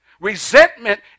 Resentment